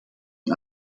een